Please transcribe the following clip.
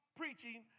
preaching